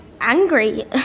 angry